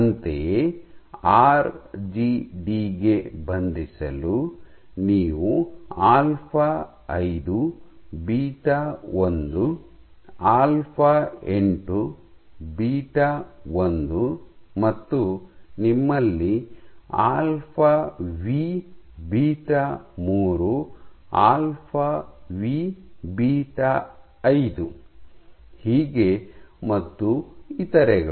ಅಂತೆಯೇ ಆರ್ಜಿಡಿ ಗೆ ಬಂಧಿಸಲು ನೀವು ಆಲ್ಫಾ5 ಬೀಟಾ 1 ಆಲ್ಫಾ 8 ಬೀಟಾ 1 ಮತ್ತು ನಿಮ್ಮಲ್ಲಿ alpha V beta 3 alpha V beta five ಹೀಗೆ ಮತ್ತು ಇತರೆಗಳು